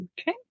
Okay